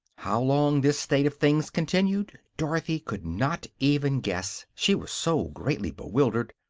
how long this state of things continued dorothy could not even guess, she was so greatly bewildered.